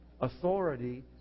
authority